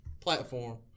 platform